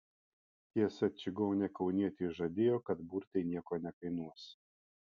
tiesa čigonė kaunietei žadėjo kad burtai nieko nekainuos